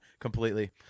completely